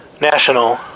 National